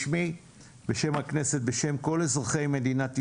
בשמי, בשם הכנסת, בשם כל אזרחי מדינת ישראל,